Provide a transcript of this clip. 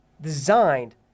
designed